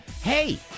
hey